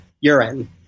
urine